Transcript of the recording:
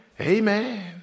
Amen